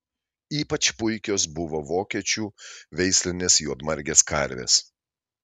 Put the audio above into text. ypač puikios buvo vokiečių veislinės juodmargės karvės